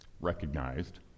recognized